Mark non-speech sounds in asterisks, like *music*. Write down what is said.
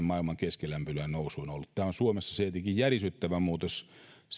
*unintelligible* maailman keskilämpötilan nousuun tämä on suomessa tietenkin järisyttävä muutos